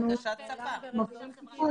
אנחנו עושים תיקון.